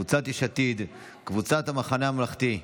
קבוצת סיעת יש עתיד וקבוצת סיעת המחנה הממלכתי.